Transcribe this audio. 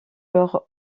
leur